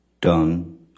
Done